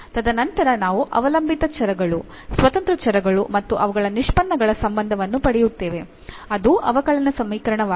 ತದನಂತರ ನಾವು ಅವಲಂಬಿತ ಚರಗಳು ಸ್ವತಂತ್ರ ಚರಗಳು ಮತ್ತು ಅವುಗಳ ನಿಷ್ಪನ್ನಗಳ ಸಂಬಂಧವನ್ನು ಪಡೆಯುತ್ತೇವೆ ಅದು ಅವಕಲನ ಸಮೀಕರಣವಾಗಿದೆ